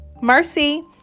Mercy